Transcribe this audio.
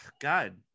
god